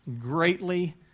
greatly